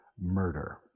murder